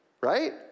Right